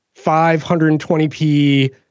520p